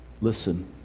Listen